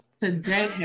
today